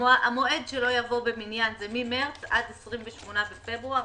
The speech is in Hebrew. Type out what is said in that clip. המועד שלא יבוא במניין זה ממרס עד 28 בפברואר.